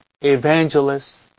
evangelists